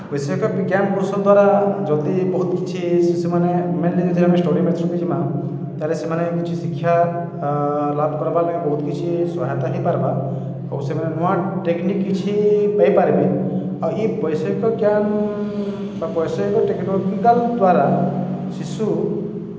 ବୈଷୟିକ ବିଜ୍ଞାନ୍ ପୁରୁଷ ଦ୍ୱାରା ଯଦି ବହୁତ୍ କିଛି ସେମାନେ ମେନ୍ଲି ଯଦି ଆମେ ଷ୍ଟଡି ମେଥଡ଼୍କେ ଯିମା ତା'ହେଲେ ସେମାନେ କିଛି ଶିକ୍ଷା ଲାଭ୍ କର୍ବାର୍ ଲାଗି ବହୁତ୍ କିଛି ସହାୟତା ହେଇପାର୍ବା ଆଉ ସେମାନେ ନୂଆ ଟେକ୍ନିକ୍ କିଛି ପାଇପାର୍ବେ ଆଉ ଇ ବୈଷୟିକ ଜ୍ଞାନ୍ ବା ବୈଷୟିକ ଟେକ୍ନୋଲଜିକାଲ୍ ଦ୍ୱାରା ଶିଶୁ